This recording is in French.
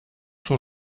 son